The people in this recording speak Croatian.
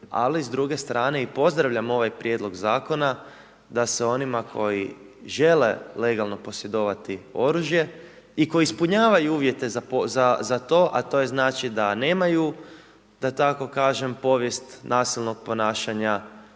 ali s druge strane i pozdravljam ovaj prijedlog zakona da se onima koji žele legalno posjedovati oružje i koji ispunjavaju uvjete za to, a to je znači da nemaju povijest nasilnog ponašanja,